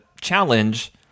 challenge